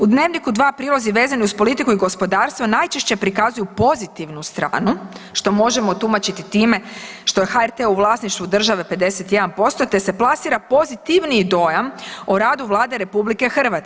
U Dnevniku 2 prilozi vezani uz politiku i gospodarstvo najčešće prikazuju pozitivnu stranu, što možemo tumačiti time što je HRT u vlasništvu države 51% te se plasira pozitivniji dojam o radu Vlade RH.